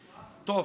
טוב.